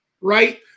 Right